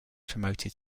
promoted